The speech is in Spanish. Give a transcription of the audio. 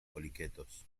poliquetos